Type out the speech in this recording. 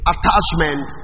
Attachment